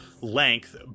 length